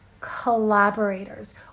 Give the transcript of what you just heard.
collaborators